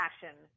fashion